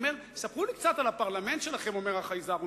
ספרו לי קצת על הפרלמנט שלכם, אומר החייזר.